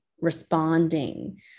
responding